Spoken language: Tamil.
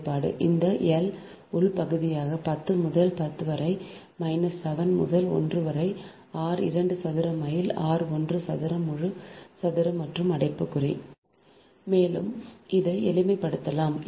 வெளிப்பாடு இந்த எல் உள் பாதியாக 10 முதல் 10 வரை மைனஸ் 7 முதல் 1 வரை ஆர் 2 சதுர மைனஸ் ஆர் 1 சதுர முழு சதுர மற்றும் அடைப்புக்குறி இதை மேலும் எளிமைப்படுத்தலாம்